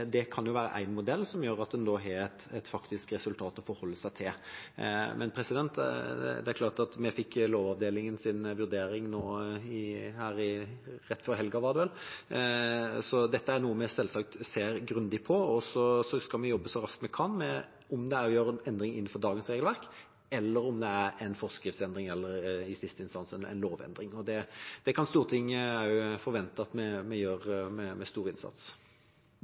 være en modell som gjør at vi faktisk har resultat å forholde oss til. Vi fikk Lovavdelingens vurdering nå rett før helgen – var det vel. Dette er noe vi selvsagt ser grundig på. Så skal vi jobbe så raskt vi kan, enten det er å gjøre en endring innenfor dagens regelverk, eller om det er en forskriftsendring eller i siste instans en lovendring. Det kan Stortinget forvente at vi gjør med stor innsats.